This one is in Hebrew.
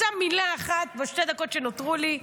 בשתי הדקות שנותרו לי,